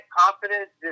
confidence